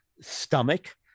stomach